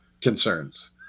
concerns